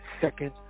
second